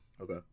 Okay